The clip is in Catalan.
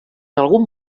algun